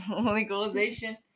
legalization